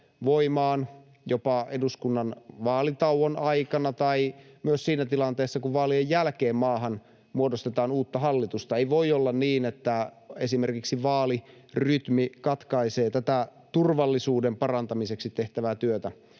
voimaan jopa eduskunnan vaalitauon aikana tai myös siinä tilanteessa, kun vaalien jälkeen maahan muodostetaan uutta hallitusta — ei voi olla niin, että esimerkiksi vaalirytmi katkaisee tätä turvallisuuden parantamiseksi tehtävää työtä